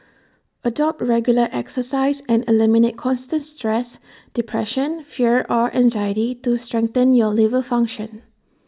adopt regular exercise and eliminate constant stress depression fear or anxiety to strengthen your liver function